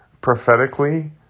prophetically